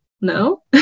no